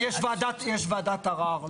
יש וועדת ערר,